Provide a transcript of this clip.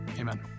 amen